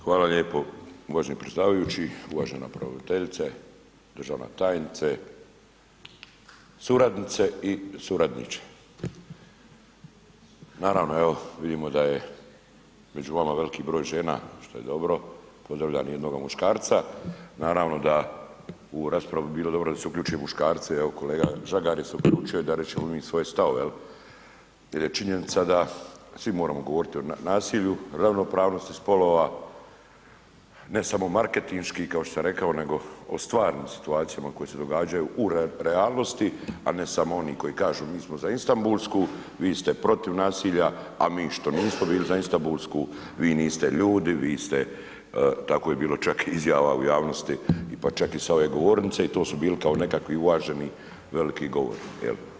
Hvala lijepo uvaženi predsjedavajući, uvažena pravobraniteljice, državna tajnice, suradnice i suradniče, naravno evo vidimo da je među vama veliki broj žena, što je dobro, pozdravljam i jednoga muškarca, naravno da u raspravu bi bilo dobro da se uključi muškarce, evo kolega Žagar je se uključio da rečemo mi svoje stavove jel, jel je činjenica da svi moramo govoriti o nasilju, ravnopravnosti spolova, ne samo marketinški kao što sam rekao, nego o stvarnim situacijama koje se događaju u realnosti, a ne samo oni koji kažu mi smo za Istambulsku, vi ste protiv nasilja, a mi što nismo bili za Istambulsku, vi niste ljudi, vi ste, tako je bilo čak izjava u javnosti i pa čak i sa ove govornice i to su bili kao nekakvi uvaženi veliki govori jel.